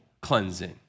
cleansing